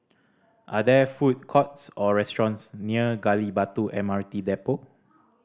are there food courts or restaurants near Gali Batu M R T Depot